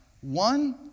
One